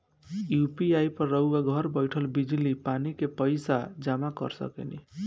UPI पर रउआ घर बईठल बिजली, पानी के पइसा जामा कर सकेनी